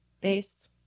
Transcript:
base